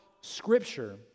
Scripture